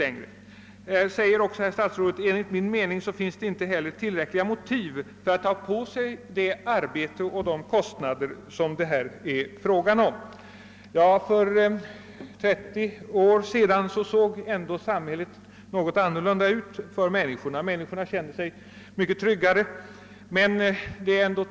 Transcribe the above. Statsrådet uttalar dessutom: »Enligt min mening finns det inte heller tillräckliga motiv för att ta på sig det arbete och de kostnader som det av frågeställaren anvisade förfaringssättet skulle medföra.» För 30 år sedan såg samhället något annorlunda ut för medborgarna. De kände sig då mycket tryggare.